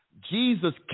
Jesus